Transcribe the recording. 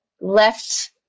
left